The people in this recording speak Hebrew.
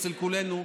אצל כולנו,